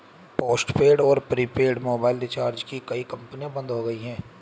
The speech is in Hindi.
पोस्टपेड और प्रीपेड मोबाइल रिचार्ज की कई कंपनियां बंद हो गई